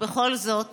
ובכל זאת